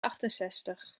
achtenzestig